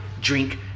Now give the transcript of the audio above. drink